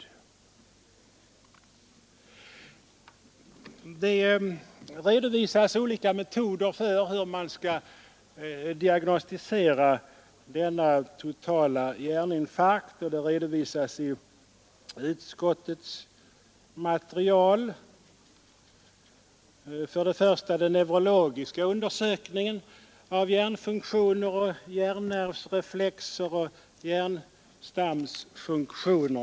I utskottets betänkande redovisas olika metoder för hur man skall diagnostisera den totala hjärninfarkten. För det första är det den neurologiska undersökningen av högre hjärnfunktioner samt av hjärnnervsreflexer och hjärnstamsfunktioner.